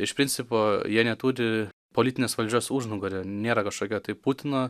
iš principo jie neturi politinės valdžios užnugario nėra kažkokio tai putino